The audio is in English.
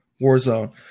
Warzone